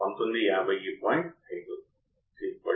ఆచరణాత్మక op amp open loop అమరిక లో బ్యాండ్ విడ్త్ చాలా చిన్నది